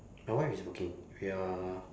my wife is working we are